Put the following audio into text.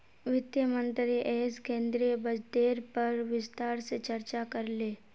वित्त मंत्री अयेज केंद्रीय बजटेर पर विस्तार से चर्चा करले